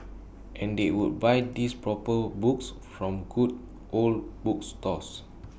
and they would buy these proper books from good old bookstores